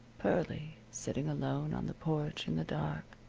pearlie, sitting alone on the porch in the dark,